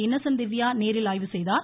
Innocent Divya நேரில் ஆய்வு செய்தார்